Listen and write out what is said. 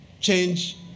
change